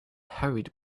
hurried